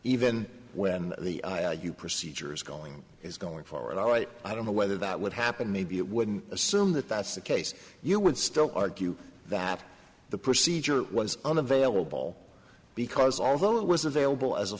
even when the procedures going is going forward all right i don't know whether that would happen maybe it wouldn't assume that that's the case you would still argue that the procedure was unavailable because although it was available as a